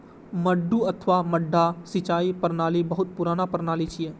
मड्डू अथवा मड्डा सिंचाइ प्रणाली बहुत पुरान प्रणाली छियै